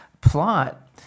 plot